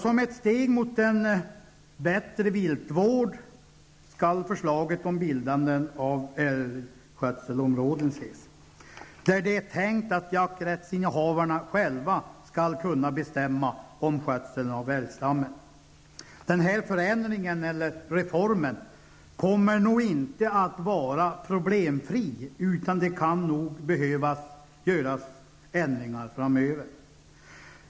Som ett steg mot en bättre viltvård skall förslaget om bildande av älgskötselområden ses. Det är där tänkt att jakträttsinnehavarna själva skall kunna bestämma om skötseln av älgstammen. Den här förändringen, eller reformen, kommer nog inte att vara problemfri. Det kan nog behövas göras ändringar framöver.